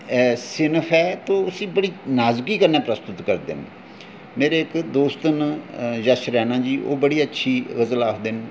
snuff ऐ ते उसी बड़े नाजुक तरीके कन्नै पेश करदे न मेरे इक्क दोस्त न यश रैणा जी ओह् बड़ी अच्छी गज़ल आखदे न